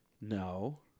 No